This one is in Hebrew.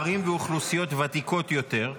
בערים עם אוכלוסיות ותיקות יותר,